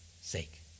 sake